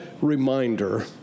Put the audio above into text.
reminder